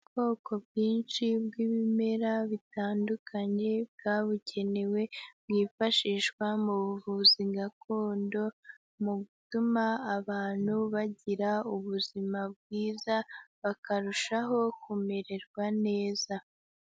Ubwoko bwinshi bw'ibimera bitandukanye bwabugenewe, bwifashishwa mu buvuzi gakondo mu gutuma abantu bagira ubuzima bwiza bakarushaho kumererwa neza.